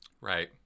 Right